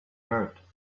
hurt